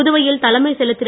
புதுவையில் தலைமைச் செயலர் திரு